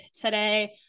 today